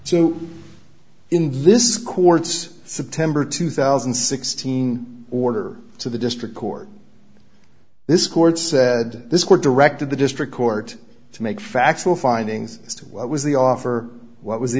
so in this is cords september two thousand and sixteen order to the district court this court said this court directed the district court to make factual findings as to what was the offer what was